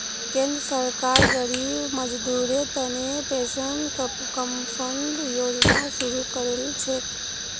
केंद्र सरकार गरीब मजदूरेर तने पेंशन फण्ड योजना शुरू करील छेक